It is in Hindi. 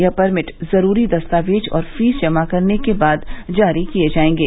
यह परमिट जरूरी दस्तावेज और फीस जमा करने के बाद जारी किये जायेंगे